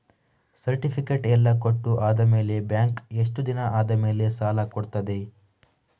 Certificate ಎಲ್ಲಾ ಕೊಟ್ಟು ಆದಮೇಲೆ ಬ್ಯಾಂಕ್ ಎಷ್ಟು ದಿನ ಆದಮೇಲೆ ಸಾಲ ಕೊಡ್ತದೆ?